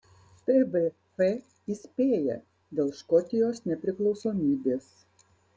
tvf įspėja dėl škotijos nepriklausomybės